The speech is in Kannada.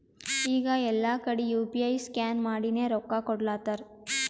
ಈಗ ಎಲ್ಲಾ ಕಡಿ ಯು ಪಿ ಐ ಸ್ಕ್ಯಾನ್ ಮಾಡಿನೇ ರೊಕ್ಕಾ ಕೊಡ್ಲಾತಾರ್